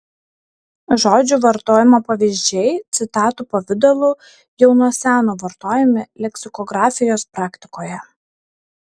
žodžių vartojimo pavyzdžiai citatų pavidalu jau nuo seno vartojami leksikografijos praktikoje